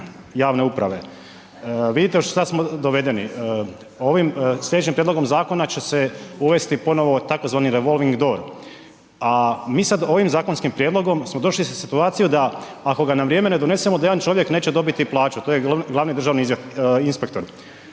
javne uprave. Vidite u šta smo dovedeni, ovim, slijedećim prijedlogom zakona će se uvesti tzv. revolving door, a mi sad ovim zakonskim prijedlogom smo došli u situaciju ako ga na vrijeme ne donesemo da jedan čovjek neće dobiti plaću. To je glavni državni inspektor.